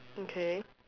okay